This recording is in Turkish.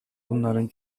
bunların